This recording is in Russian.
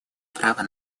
права